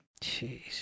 Jeez